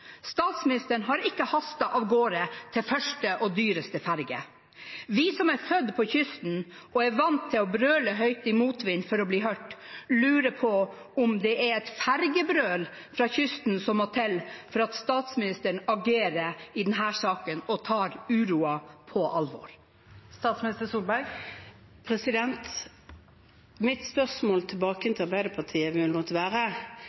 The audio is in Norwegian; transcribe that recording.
Statsministeren har ikke hastet av gårde til første og dyreste ferge. Vi som er født ved kysten og er vant til å brøle høyt i motvind for å bli hørt, lurer på om det er et fergebrøl fra kysten som må til for at statsministeren agerer i denne saken og tar uroen på alvor. Mitt spørsmål tilbake